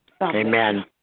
Amen